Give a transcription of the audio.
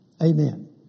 Amen